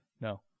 no